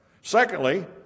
secondly